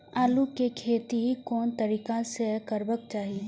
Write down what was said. आलु के खेती कोन तरीका से करबाक चाही?